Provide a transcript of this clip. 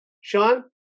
Sean